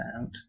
out